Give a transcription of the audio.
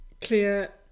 clear